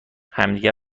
همدیگه